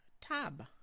tab